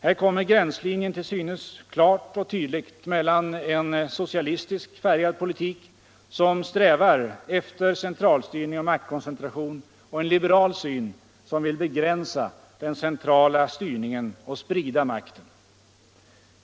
Här kommer gränslinjen till synes klart och tydligt mellan en socialistiskt färgad politik som strävar efter centralstyrning och maktkoncentration och en liberal som vill begränsa den centrala styrningen och sprida makten.